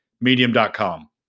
Medium.com